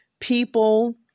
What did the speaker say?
people